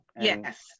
Yes